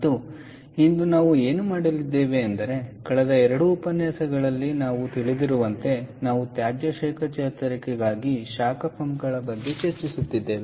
ಮತ್ತು ಇಂದು ನಾವು ಏನು ಮಾಡಲಿದ್ದೇವೆ ಅಂದರೆ ಕಳೆದ ಎರಡು ಉಪನ್ಯಾಸಗಳಲ್ಲಿ ನಾವು ತಿಳಿದಿರುವಂತೆ ನಾವು ತ್ಯಾಜ್ಯ ಶಾಖ ಚೇತರಿಕೆಗಾಗಿ ಶಾಖ ಪಂಪ್ ಗಳ ಬಗ್ಗೆ ಚರ್ಚಿಸುತ್ತಿದ್ದೇವೆ